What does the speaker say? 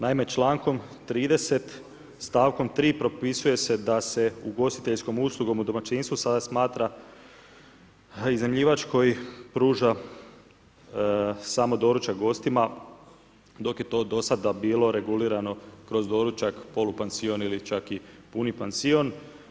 Naime, člankom 30. stavkom 3 propisuje se da se ugostiteljskom uslugom u domaćinstvu smatra iznajmljivač koji pruža samo doručak gostima, dok je to do sada bilo regulirano kroz doručak polupansion ili čak i puni pansion.